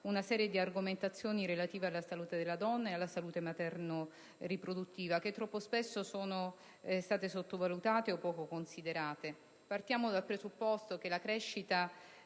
una serie di argomentazioni relative alla salute della donna e alla salute materno-riproduttiva che troppo spesso sono state sottovalutate o poco considerate. Partiamo dal presupposto che la crescita,